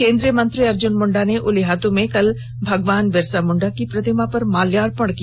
केंद्रीय मंत्री अर्जुन मुंडा ने उलीहातू में कल भगवान बिरसा मुंडा की प्रतिमा पर माल्यार्पण किया